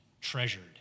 treasured